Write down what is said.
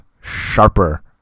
sharper